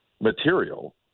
material